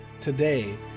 today